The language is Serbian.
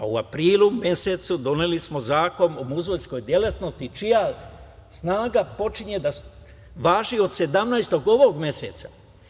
U aprilu mesecu doneli smo Zakon o muzejskoj delatnosti čija snaga počinje da važi od 17. ovog meseca.